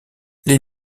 les